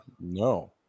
no